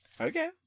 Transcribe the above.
Okay